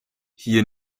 hier